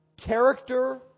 Character